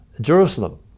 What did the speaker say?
Jerusalem